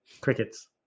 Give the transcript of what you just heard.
crickets